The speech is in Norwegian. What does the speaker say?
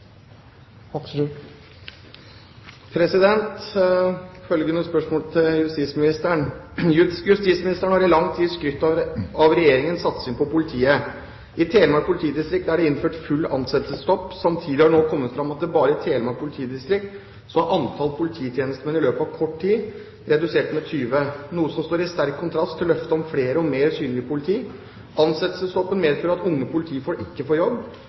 har i lang tid skrytt av Regjeringens satsing på politiet. I Telemark politidistrikt er det innført full ansettelsesstopp, samtidig har det nå kommet fram at bare i Telemark politidistrikt er antallet polititjenestemenn i løpet av kort tid redusert med 20, noe som står i sterk kontrast til løftet om flere og mer synlig politi. Ansettelsesstoppen medfører at unge politifolk ikke får jobb.